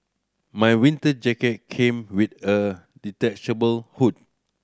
my winter jacket came with a detachable hood